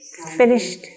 finished